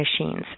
machines